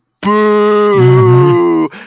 boo